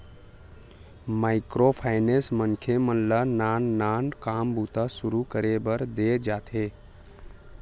micro finance मनखे मन ल नान नान काम बूता सुरू करे बर देय जाथे